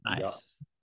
Nice